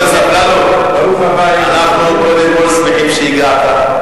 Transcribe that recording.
חבר הכנסת אפללו, אנחנו קודם כול שמחים שהגעת.